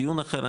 דיון אחר,